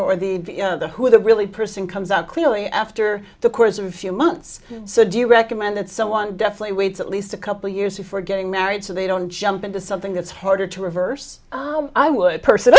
know the who the really person comes out clearly after the course of a few months so do you recommend that someone definitely waits at least a couple years before getting married so they don't jump into something that's harder to reverse i would person